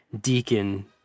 Deacon